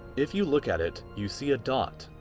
if you look at it, you see a dot.